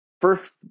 First